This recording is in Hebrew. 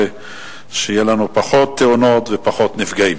ושיהיו לנו פחות תאונות ופחות נפגעים.